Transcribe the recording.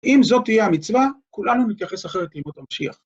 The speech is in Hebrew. אם זאת תהיה המצווה, כולנו נתייחס אחרת לבאות המשיח.